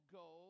go